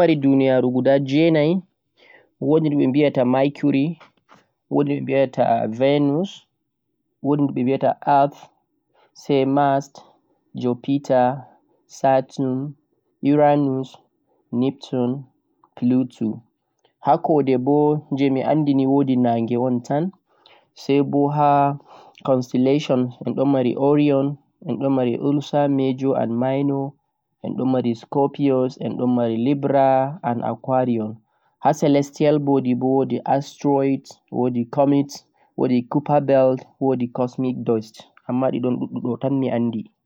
En dum mari duniyaje guda jeenai wodi mercury, venus, earth, mars, jupiter, sartum, uranus, neptune be plotu. Haa kode boo wodi naange on tan, sai bo ha constellation bo wodi orion, ulsa major be minor, scopius, libra be aquarion. Haa celestial body bo wodi astroid, comics, cuper beld be cosmic dust